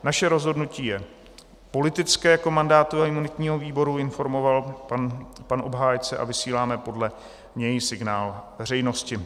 Naše rozhodnutí je politické jako mandátového a imunitního výboru, informoval pan obhájce, a vysíláme podle něj signál veřejnosti.